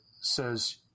says